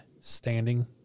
standing